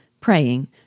praying